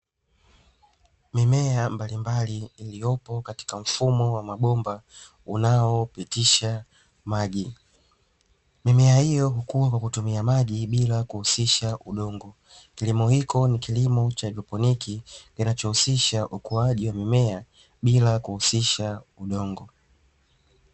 Mimea mbalimbali iliyopo katika mfumo wa mabomba unaopitisha maji. Mimea hiyo hukua kwa kutumia maji bila kuhusisha udongo. kilimo hiko ni kilimo cha haidroponiki, kinachohusisha ukuaji wa mimea bila kuhusisha udongo.